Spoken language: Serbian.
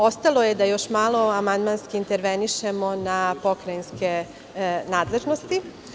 Ostalo je da još malo amandmanski intervenišemo na pokrajinske nadležnosti.